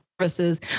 services